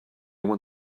want